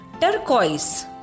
Turquoise